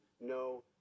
no